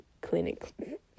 Clinic